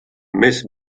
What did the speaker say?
més